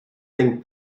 think